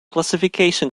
classification